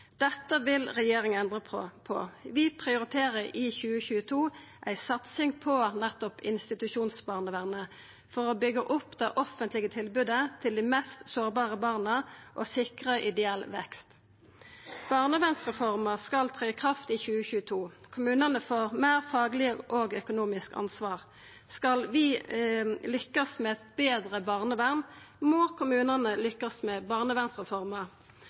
Dette vil regjeringa endra på. Vi prioriterer i 2022 ei satsing på nettopp institusjonsbarnevernet, for å byggja opp det offentlege tilbodet til dei mest sårbare barna og sikra ideell vekst. Barnevernsreforma skal tre i kraft i 2022. Kommunane får meir fagleg og økonomisk ansvar. Skal vi lykkast med eit betre barnevern, må kommunane lykkast med barnevernsreforma.